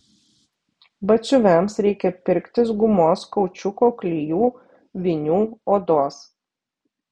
batsiuviams reikia pirktis gumos kaučiuko klijų vinių odos